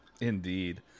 indeed